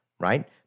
Right